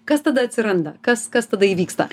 kas tada atsiranda kas kas tada įvyksta